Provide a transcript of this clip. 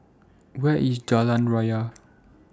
Where IS Jalan Raya